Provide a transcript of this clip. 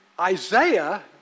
Isaiah